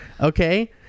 okay